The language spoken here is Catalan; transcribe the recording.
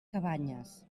cabanyes